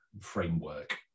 framework